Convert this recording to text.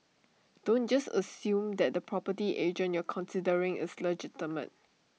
don't just assume that the property agent you're considering is legitimate